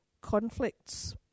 conflicts